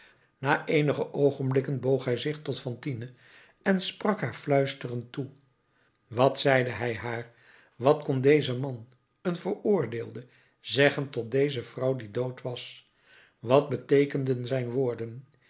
na eenige oogenblikken boog hij zich tot fantine en sprak haar fluisterend toe wat zeide hij haar wat kon deze man een veroordeelde zeggen tot deze vrouw die dood was wat beteekenden zijn woorden